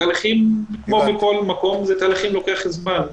תהליכים כמו בכל מקום זה לוקח זמן,